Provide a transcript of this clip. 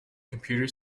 computer